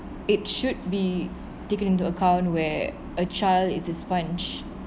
it should be taken into account where a child is a sponge